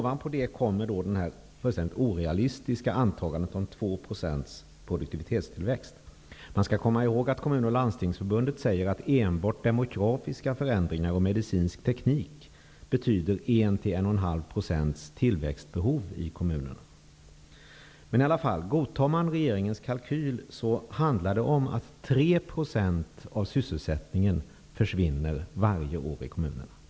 Till detta kommer det fullständigt orealistiska antagandet om 2 % produktivitetstillväxt. Man skall komma ihåg att man i Kommunförbundet och Landstingsförbundet säger att enbart demografiska förändringar och medicinsk teknik betyder ett tillväxtbehov i kommunerna på 1--1,5 %. Om man godtar regeringens kalkyl innebär det att 3 % av sysselsättningen försvinner i kommunerna varje år.